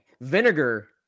Vinegar